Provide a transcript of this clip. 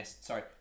Sorry